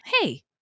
hey